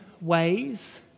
ways